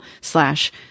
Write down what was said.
Slash